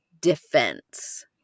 defense